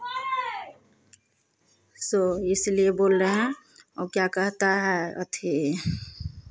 सो इसलिए बोल रहे हैं वह क्या कहता है अथि